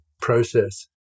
process